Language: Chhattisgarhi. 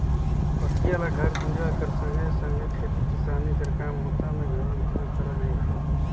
पथिया ल घर दूरा कर संघे सघे खेती किसानी कर काम बूता मे घलो उपयोग करल जाथे